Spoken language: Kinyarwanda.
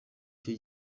cye